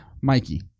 Mikey